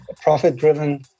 profit-driven